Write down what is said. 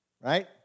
Right